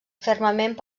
fermament